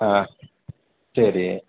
ஆ சரி